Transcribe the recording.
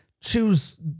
choose